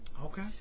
Okay